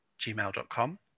gmail.com